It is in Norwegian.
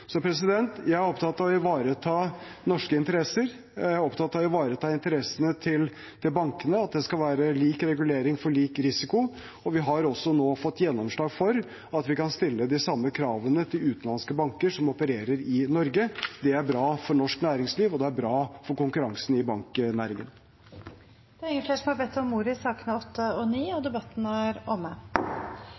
Jeg er opptatt av å ivareta norske interesser. Jeg er opptatt av å ivareta bankenes interesser – at det skal være lik regulering for lik risiko – og vi har nå fått gjennomslag for at vi kan stille de samme kravene til utenlandske banker som opererer i Norge. Det er bra for norsk næringsliv, og det er bra for konkurransen i banknæringen. Flere har ikke bedt om ordet til sakene nr. 8 og 9. Etter ønske fra finanskomiteen vil presidenten ordne debatten